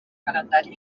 calendari